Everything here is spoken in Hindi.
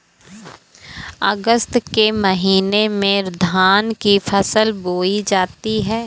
अगस्त के महीने में धान की फसल बोई जाती हैं